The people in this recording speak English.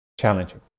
challenging